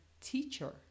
teacher